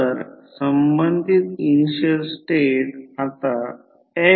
तर लेंझ लॉlenzs law Lenz लॉlenzs law हा प्रत्यक्षात V1 E1 आहे